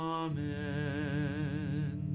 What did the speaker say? amen